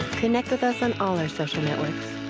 connect with us on all our social networks.